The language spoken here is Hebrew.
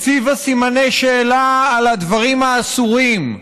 הציבה סימני שאלה על הדברים האסורים,